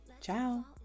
Ciao